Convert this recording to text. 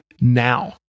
now